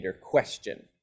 question